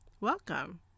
welcome